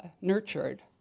nurtured